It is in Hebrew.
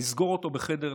לסגור אותו בחדר,